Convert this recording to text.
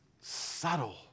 subtle